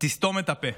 סתום ת'פה.